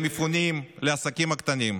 למפונים, לעסקים הקטנים.